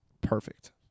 perfect